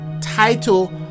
title